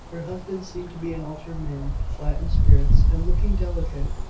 her husband seemed to be an altered man, flat in spirits, and looking delicate,